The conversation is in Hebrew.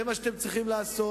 זה מה שאתם צריכים לעשות,